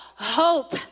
hope